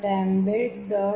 embed